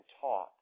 taught